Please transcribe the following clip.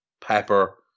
pepper